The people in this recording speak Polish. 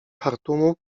chartumu